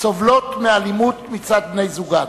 סובלות מאלימות מצד בני-זוגן,